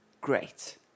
Great